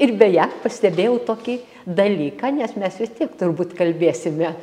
ir beje pastebėjau tokį dalyką nes mes vis tiek turbūt kalbėsime